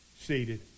seated